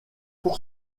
pour